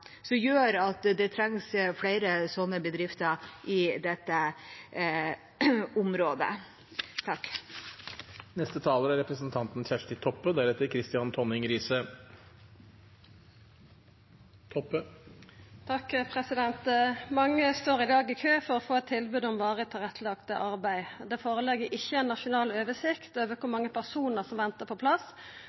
som gjør at det trengs flere slike plasser i dette området. Mange står i dag i kø for å få eit tilbod om varig tilrettelagt arbeid. Det ligg ikkje føre noka nasjonal oversikt over kor mange personar som ventar på plass,